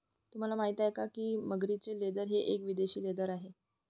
तुम्हाला माहिती आहे का की मगरीचे लेदर हे एक विदेशी लेदर आहे